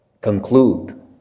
conclude